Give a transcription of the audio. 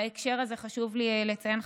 בהקשר הזה חשוב לי לציין,